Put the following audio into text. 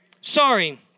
sorry